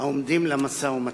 העומדים למשא-ומתן.